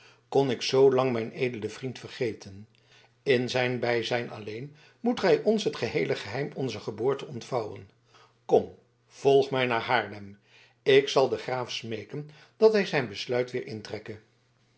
kon ik zoolang mijn edelen vriend vergeten in zijn bijzijn alleen moet gij ons het geheele geheim onzer geboorte ontvouwen kom volg mij naar haarlem ik zal den graaf smeeken dat hij zijn besluit weer intrekke